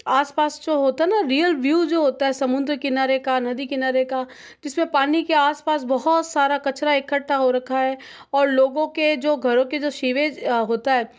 आसपास जो होता ना रियल व्यू जो होता है समुद्र किनारे का नदी किनारे का जिसमें पानी के आसपास बहुत सारा कचरा इकट्ठा हो रखा है और लोगों के जो घरों के जो सीवेज होता है